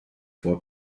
vor